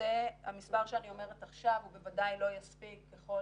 המספר שאני אומרת עכשיו בוודאי לא יספיק ככל